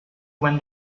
when